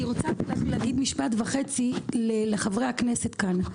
אני רוצה להגיד משפט וחצי לחברי הכנסת כאן.